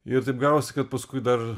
ir taip gavosi kad paskui dar